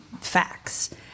facts